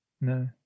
no